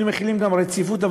היינו מחילים גם רציפות.